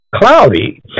cloudy